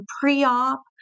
pre-op